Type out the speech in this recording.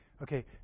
Okay